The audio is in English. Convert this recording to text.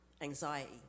anxiety